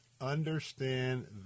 Understand